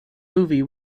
movie